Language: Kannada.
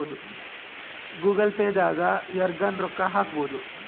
ಗೂಗಲ್ ಪೇ ದಾಗ ಯರ್ಗನ ರೊಕ್ಕ ಹಕ್ಬೊದು